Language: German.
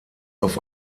auf